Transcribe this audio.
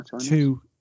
two